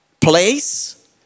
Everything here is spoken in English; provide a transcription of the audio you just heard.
Place